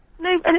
No